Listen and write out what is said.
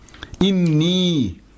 inni